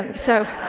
so